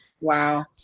Wow